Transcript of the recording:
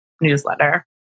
newsletter